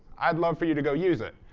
i'd love for you to go use it.